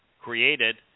created